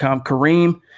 Kareem